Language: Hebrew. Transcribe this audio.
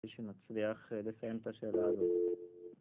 שנצליח לסיים את השאלה הזאת